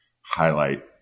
highlight